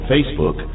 Facebook